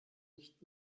nicht